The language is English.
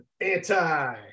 Anti